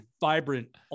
vibrant